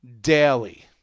daily